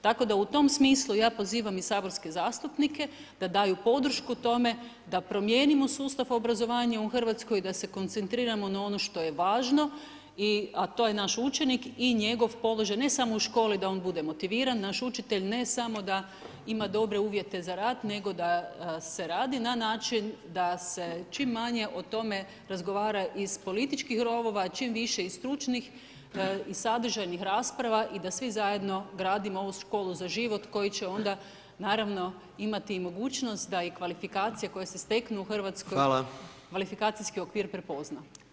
Tako da u tom smislu ja pozivam i saborske zastupnike da daju podršku tome, da promijenimo sustav obrazovanja u Hrvatskoj, da se koncentriramo na ono što je važno a to je naš učenik i njegov položaj ne samo u školi da bude motiviran, naš učitelj ne samo da ima dobre uvjete za rad nego da se radi na način da se čim manje o tome razgovara iz političkih rovova, a čim više iz stručnih i sadržajnih rasprava i da svi zajedno gradimo ovu školu za život koji će onda naravno imati i mogućnost da i kvalifikacije koje ste steknu u Hrvatskoj, kvalifikacijski okvir prepozna.